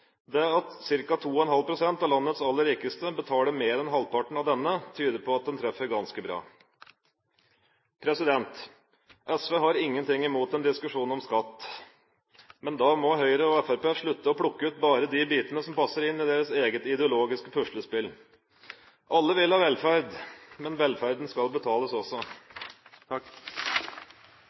Det at ca. 2,5 pst. av landets aller rikeste betaler mer enn halvparten av denne, tyder på at den treffer ganske bra. SV har ingenting imot en diskusjon om skatt, men da må Høyre og Fremskrittspartiet slutte å plukke ut bare de bitene som passer inn i deres eget ideologiske puslespill. Alle vil ha velferd, men velferden skal betales også.